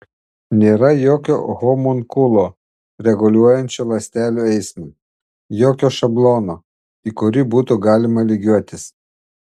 nėra jokio homunkulo reguliuojančio ląstelių eismą jokio šablono į kurį būtų galima lygiuotis